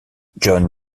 jon